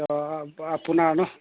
অ আপোনাৰ ন'